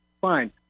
fine